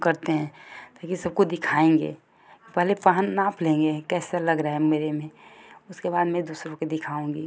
करते हैं ताकि सबको दिखाएंगे पहले पहन नाप लेंगे कैसे लग रहे हैं मेरे में उसके बाद मैं दूसरे को दिखाऊँगी